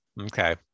Okay